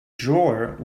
drawer